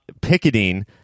picketing